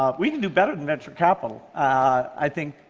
um we can do better than venture capital, i think,